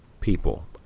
people